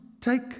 take